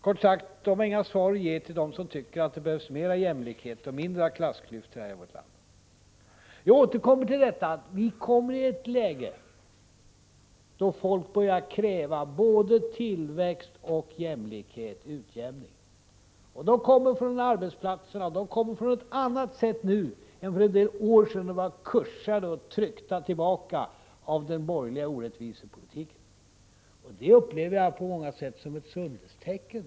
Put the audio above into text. Kort sagt, de har inga svar att ge till dem som tycker att det behövs mer av jämlikhet och mindre av klassklyftor i vårt land. Jag återkommer till detta, att ni kommer i ett läge när folk börjar kräva både tillväxt och utjämning. De kommer från arbetsplatserna och de kommer på ett annat sätt nu än för en del år sedan, då de var kuschade och tryckta tillbaka av den borgerliga orättvisepolitiken. Det upplever jag på många sätt som ett sundhetstecken.